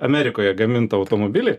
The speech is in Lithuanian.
amerikoje gamintą automobilį